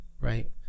right